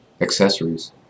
accessories